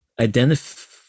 identify